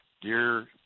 dear